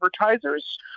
advertisers